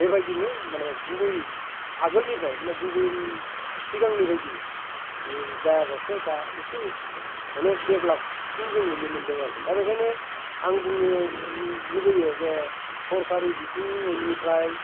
बेबायदिनो माने गुबै आगोलनिफ्राय गुबुन सिगांनि बायदि जाजासे दा एसे अनेख देब्लाबसिन जों नुनो मोनदों आरोखि दा बेखायनो आं बुंनो लुबैयो जे सरखारि बिथिंनिफ्राय